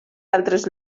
altres